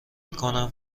کنم